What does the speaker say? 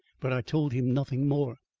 but i told him nothing more.